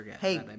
Hey